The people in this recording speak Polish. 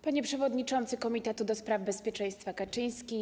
Panie Przewodniczący Komitetu ds. Bezpieczeństwa Kaczyński!